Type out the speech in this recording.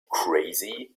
crazy